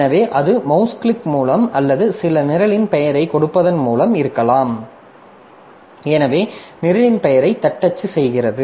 எனவே அது mouse click மூலம் அல்லது சில நிரலின் பெயரைக் கொடுப்பதன் மூலம் இருக்கலாம் எனவே நிரலின் பெயரைத் தட்டச்சு செய்கிறது